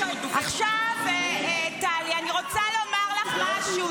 עכשיו, טלי, אני רוצה לומר לך משהו.